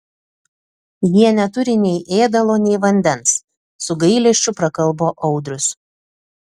jie neturi nei ėdalo nei vandens su gailesčiu prakalbo audrius